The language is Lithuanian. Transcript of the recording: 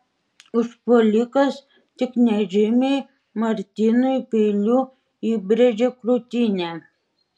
užpuolikas tik nežymiai martynui peiliu įbrėžė krūtinę